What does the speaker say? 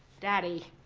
daddy.